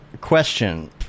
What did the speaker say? Question